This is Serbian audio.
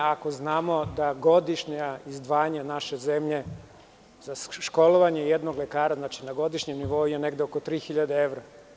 Ako znamo da godišnja izdvajanja naše zemlje za školovanje jednog lekara na godišnjem nivou je negde oko 3000 evra.